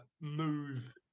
move